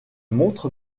montre